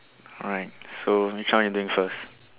alright so which one you doing first